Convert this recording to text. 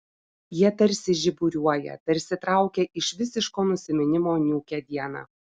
jie tarsi žiburiuoja tarsi traukia iš visiško nusiminimo niūkią dieną